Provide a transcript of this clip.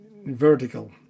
Vertical